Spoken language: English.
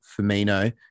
Firmino